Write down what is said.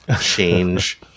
change